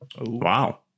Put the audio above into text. Wow